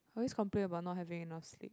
always complain about not having enough sleep